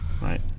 right